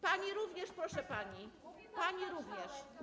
Pani również, proszę pani, pani również.